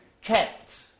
kept